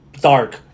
Dark